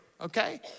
okay